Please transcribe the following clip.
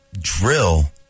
drill